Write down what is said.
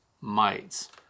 mites